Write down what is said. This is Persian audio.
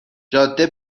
جاده